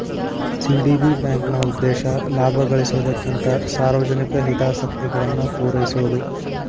CDB ಬ್ಯಾಂಕ್ನ ಉದ್ದೇಶ ಲಾಭ ಗಳಿಸೊದಕ್ಕಿಂತ ಸಾರ್ವಜನಿಕ ಹಿತಾಸಕ್ತಿಗಳನ್ನ ಪೂರೈಸೊದು